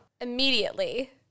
immediately